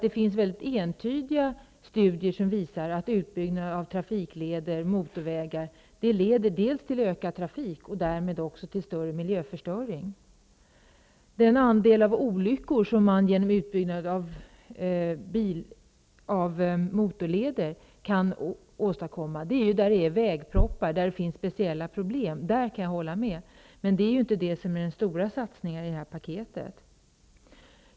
Det finns entydiga studier som visar att utbyggnaden av trafikleder och motorvägar leder till en ökad trafik och därmed också till större miljöförstöring. Jag kan hålla med om att det går att minska andelen olyckor där det finns speciella problem, som vid vägproppar, med hjälp av en utbyggnad av motorleder. Men det är inte detta som utgör den stora satsningen i paketet.